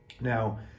Now